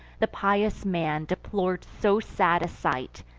the pious man deplor'd so sad a sight,